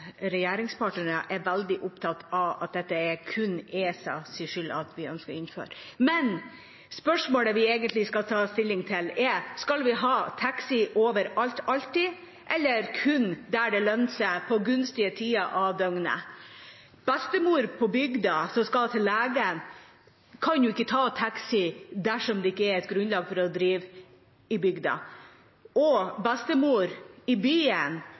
regjeringspartnere er veldig opptatt av at det kun er ESAs skyld at man ønsker å innføre dette. Spørsmålet vi egentlig skal ta stilling til, er: Skal vi ha taxi overalt alltid eller kun der det lønner seg, på gunstige tider av døgnet? Bestemor på bygda som skal til lege, kan ikke ta taxi dersom det ikke er et grunnlag for å drive i bygda, og bestemor i byen